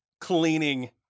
cleaning